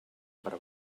per